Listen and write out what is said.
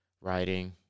writing